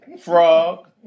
Frog